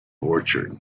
orchard